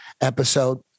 episode